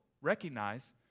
recognize